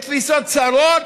בתפיסות צרות,